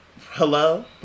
Hello